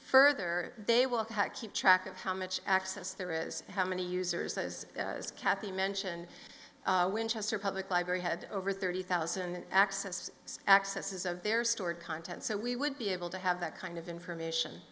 further they will keep track of how much access there is how many users as kathy mentioned winchester public library had over thirty thousand access accesses of their stored content so we would be able to have that kind of information